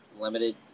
limited